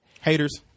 Haters